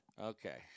okay